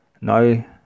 Now